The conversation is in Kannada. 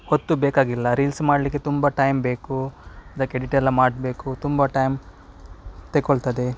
ಹೊತ್ತು ಬೇಕಾಗಿಲ್ಲ ರೀಲ್ಸ್ ಮಾಡಲಿಕ್ಕೆ ತುಂಬ ಟೈಮ್ ಬೇಕು ಅದಕ್ಕೆ ಎಡಿಟ್ ಎಲ್ಲ ಮಾಡಬೇಕು ತುಂಬ ಟೈಮ್ ತಗೊಳ್ತದೆ